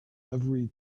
every